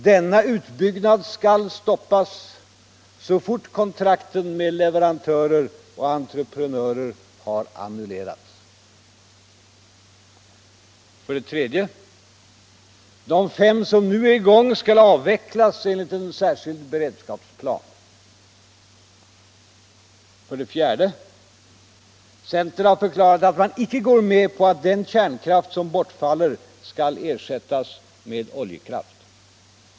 Denna utbyggnad skall stoppas så fort kontrakten med leverantörer och entreprenörer har annullerats. För det tredje: De fem som nu är i gång skall avvecklas enligt en särskild beredskapsplan. För det fjärde: Centern har förklarat att man icke går med på att den kärnkraft som bortfaller kan ersättas med oljekraft.